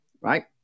right